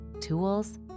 tools